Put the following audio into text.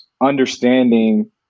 understanding